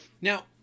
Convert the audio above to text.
Now